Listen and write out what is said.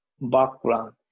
background